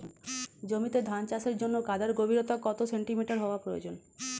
জমিতে ধান চাষের জন্য কাদার গভীরতা কত সেন্টিমিটার হওয়া প্রয়োজন?